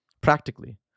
Practically